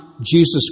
Jesus